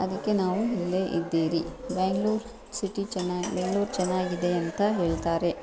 ಅದಕ್ಕೆ ನಾವು ಇಲ್ಲೇ ಇದ್ದೀರಿ ಬೆಂಗ್ಳೂರು ಸಿಟಿ ಚೆನ್ನಾಗಿ ಬೆಂಗ್ಳೂರು ಚೆನ್ನಾಗಿದೆ ಅಂತ ಹೇಳ್ತಾರೆ